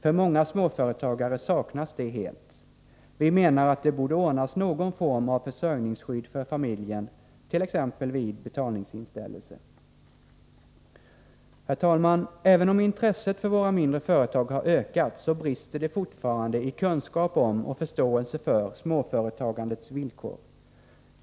För många småföretagare saknas den helt. Vi menar att det borde ordnas någon form av försörjningsskydd för familjen t.ex. vid betalningsinställelse. Herr talman! Även om intresset för våra mindre företag har ökat, brister det fortfarande i kunskap om, och förståelse för, småföretagandets villkor.